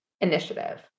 initiative